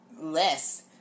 less